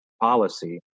policy